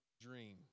dream